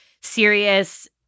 serious